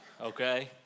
okay